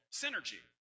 synergy